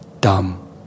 dumb